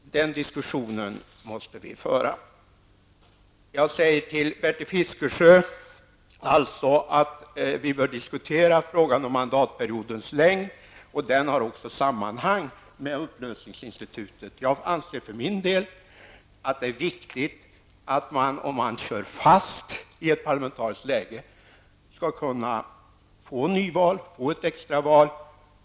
Den diskussionen måste vi föra. Vi bör, Bertil Fiskesjö, diskutera frågan om mandatperiodens längd. Den frågan har också samband med upplösningsinstitutet. Själv anser jag det viktigt att man, om man i ett visst parlamentariskt läge kör fast, skall kunna utlysa nyval.